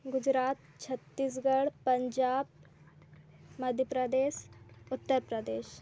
Gujarat Chhattisgarh Punjab Madhya Pradesh Uttar Pradesh